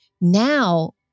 now